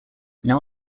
now